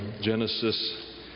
Genesis